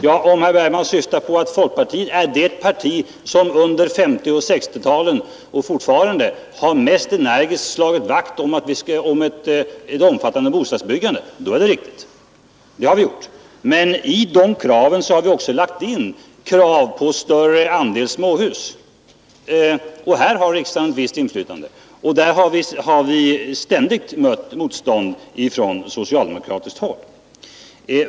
Ja, om herr Bergman syftar på att folkpartiet var det parti som under 1950 och 1960-talen mest energiskt slog vakt om — och fortfarande gör det — ett omfattande bostadsbyggande, är det riktigt. Det har vi gjort. Men i våra krav har vi också lagt in önskemål om ett större antal småhus. Men där har vi ständigt mött motstånd från socialdemokratiskt håll.